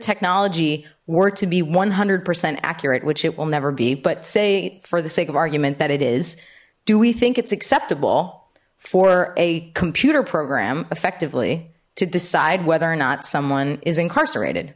technology were to be one hundred percent accurate which it will never be but say for the sake of argument that it is do we think it's acceptable for a computer program effectively to decide whether or not someone is incarcerated